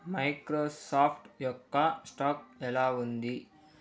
Microsoft యొక్క stock ఎలా ఉంది